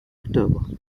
octobre